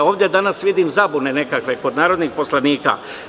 Ovde danas vidim zabune nekakve kod narodnih poslanika.